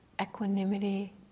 equanimity